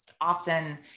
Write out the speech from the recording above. Often